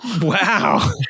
Wow